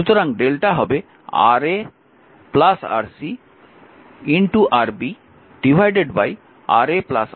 সুতরাং Δ হবে Ra Rc Rb Ra Rb Rc